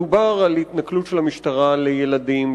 מדובר על התנכלות המשטרה לילדים,